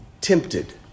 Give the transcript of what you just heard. tempted